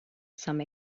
some